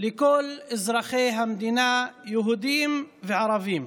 לכל אזרחי המדינה, יהודים וערבים.